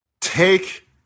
take